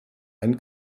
einen